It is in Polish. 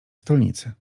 stolnicy